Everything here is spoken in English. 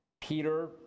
Peter